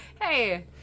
Hey